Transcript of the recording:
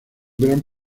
gran